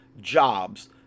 jobs